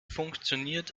funktioniert